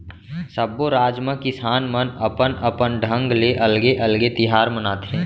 सब्बो राज म किसान मन अपन अपन ढंग ले अलगे अलगे तिहार मनाथे